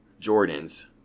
Jordans